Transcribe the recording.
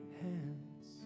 hands